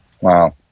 Wow